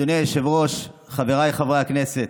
אדוני היושב-ראש, חבריי חברי הכנסת,